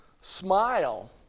smile